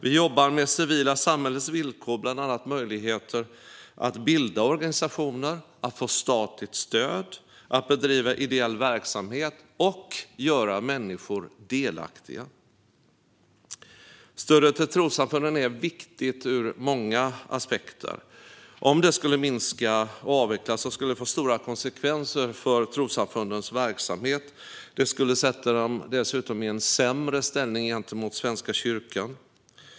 Vi jobbar med det civila samhällets villkor, bland annat möjligheter att bilda organisationer, att få statligt stöd, att bedriva ideell verksamhet och att göra människor delaktiga. Stödet till trossamfunden är viktigt ur många aspekter. Om detta stöd skulle minska eller avvecklas skulle det få stora konsekvenser för trossamfundens verksamhet. Det skulle dessutom sätta trossamfunden i en sämre ställning i förhållande till Svenska kyrkan.